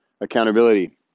Accountability